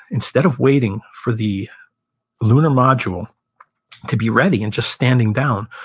instead of waiting for the lunar module to be ready and just standing down,